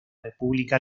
república